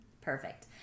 Perfect